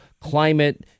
climate